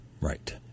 right